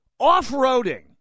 off-roading